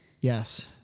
Yes